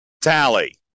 tally